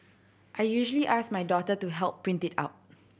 I usually ask my daughter to help print it out